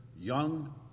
young